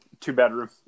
two-bedroom